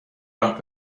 راه